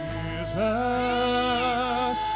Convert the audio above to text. Jesus